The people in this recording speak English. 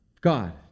God